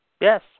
Yes